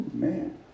man